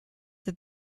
that